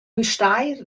müstair